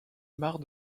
marre